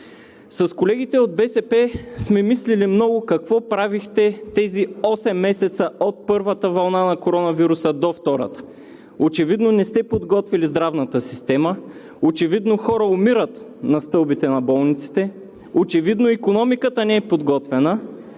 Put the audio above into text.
С колегите от БСП сме мислили много какво правихте тези осем месеца от първата вълна на коронавируса до втората?! Очевидно не сте подготвили здравната система, очевидно хора умират на стълбите на болниците, очевидно икономиката не е подготвена